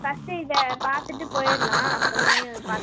first இதை பார்த்துட்டு போயிரலாம் அப்புறமே பார்த்துக்கலாம்